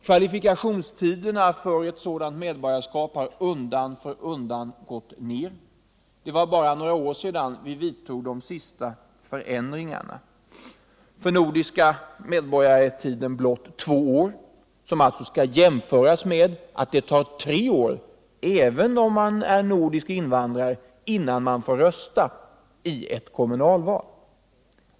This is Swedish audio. Kvalifikationstiderna för sådant medborgarskap har undan för undan förkortats. Det är bara några år sedan vi vidtog de senaste förändringarna. För nordiska medborgare är tiden nu blott två år — som alltså skall jämföras med att det tar tre år, även om man är nordisk invandrare, innan man får rösta i ett kommunalval!